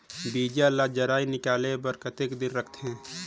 बीजा ला जराई निकाले बार कतेक दिन रखथे?